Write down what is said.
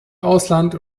ausland